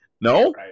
No